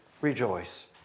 rejoice